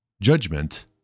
judgment